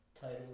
title